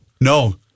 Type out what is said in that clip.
No